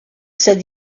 said